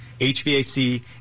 HVAC